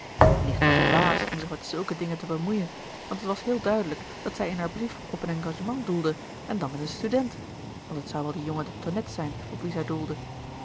nicht was dwaas om zich met zulke dingen te bemoeien want t was heel duidelijk dat zij in haar brief op een engagement doelde en dan met een student want het zou wel die jonge de tonnette zijn op wien zij doelde